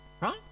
Right